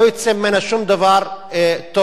לא יצא ממנה שום דבר טוב.